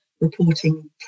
reporting